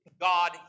God